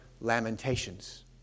Lamentations